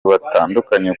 batandukanye